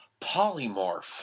polymorph